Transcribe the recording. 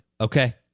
okay